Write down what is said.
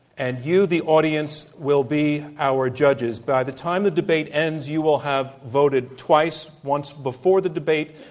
and you the audience will be our judges, by the time the debate ends you will have voted twice, once before the debate,